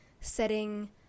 setting